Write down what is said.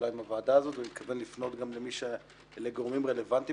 הרכב הוועדה המשותפת לדיון בהצעת חוק יישובים ושכונות בהליכי הסדרה,